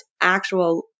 actual